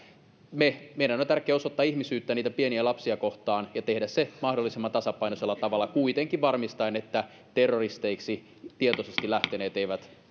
meidän on tärkeä osoittaa ihmisyyttä niitä pieniä lapsia kohtaan ja tehdä se mahdollisimman tasapainoisella tavalla kuitenkin varmistaen että terroristeiksi tietoisesti lähteneet eivät